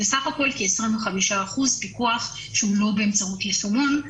בסך הכול כ-25% פיקוח שהוא לא באמצעות יישומון,